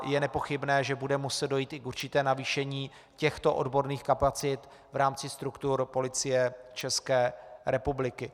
Je nepochybné, že bude muset dojít i k určitému navýšení těchto odborných kapacit v rámci struktur Policie České republiky.